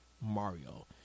Mario